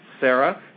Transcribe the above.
Sarah